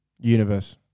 universe